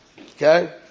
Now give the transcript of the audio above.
Okay